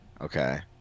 Okay